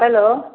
hello